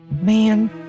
Man